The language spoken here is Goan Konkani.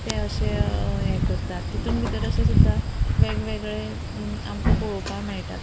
ते अशे हे करतात तितून भितर अशें सुद्दां वेगवेगळे आमकां पळोवपाक मेळटात